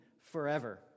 forever